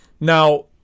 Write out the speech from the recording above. Now